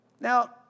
Now